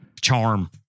charm